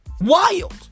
Wild